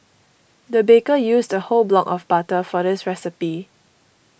the baker used a whole block of butter for this recipe